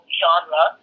genre